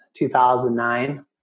2009